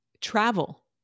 Travel